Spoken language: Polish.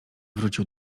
wrócił